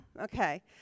Okay